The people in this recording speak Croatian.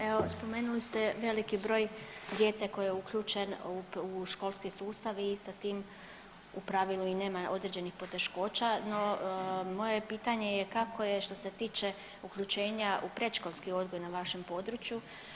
Evo spomenuli ste veliki broj djece koji je uključen u školski sustav i sa tim u pravilu i nema određenih poteškoća, no moje pitanje kako je što se tiče uključenja u predškolski odgoj na vašem području?